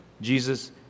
Jesus